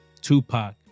Tupac